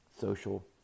social